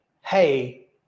hey